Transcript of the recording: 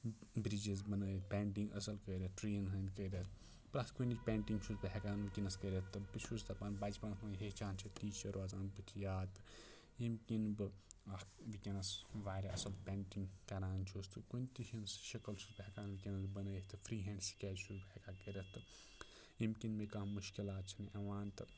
bridges بَنٲوِتھ painting اَصٕل کٔرِتھ ٹرٛیٖیَن ہٕنٛدۍ فِگر پرٛتھ کُنِچ پینٛٹِنٛگ چھُس بہٕ ہٮ۪کان وُنکٮ۪نَس کٔرِتھ تہٕ بہٕ چھُس دَپان بَچپَنس منٛز یہِ ہیٚچھان چھِ تی چھُ روزان بُتھِ یاد ییٚمہِ کِنۍ بہٕ اَکھ وُنکٮ۪نَس واریاہ اَصٕل پینٛٹِنٛگ کَران چھُس تہٕ کُنہِ تہِ ہٕنٛز شِکٕل چھُس بہٕ ہٮ۪کان وُنکٮ۪نَس بَنٲوِتھ تہٕ فِرٛی ہینٛڈ سِکیچ چھُس بہٕ ہٮ۪کان کٔرِتھ تہٕ ییٚمہِ کِنۍ مےٚ کانٛہہ مُشکِلات چھِنہٕ یِوان تہٕ